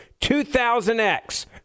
2000X